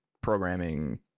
programming